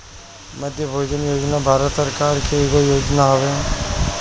मध्याह्न भोजन योजना भारत सरकार के एगो योजना हवे